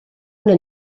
una